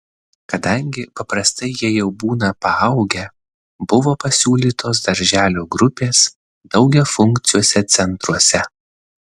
kadangi paprastai jie jau būna paaugę buvo pasiūlytos darželio grupės daugiafunkciuose centruose